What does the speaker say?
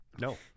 No